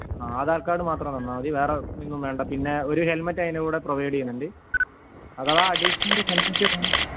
ആ അധാർ കാർഡ് മാത്രം തന്നാൽ മതി വേറെ ഒന്നും വേണ്ട പിന്നെ ഒരു ഹെൽമറ്റ് അതിൻ്റെ കൂടെ പ്രൊവൈഡ് ചെയ്യുന്നുണ്ട് അഥവാ അഡീഷണൽ ഹെൽമറ്റ് വേണമെങ്കിൽ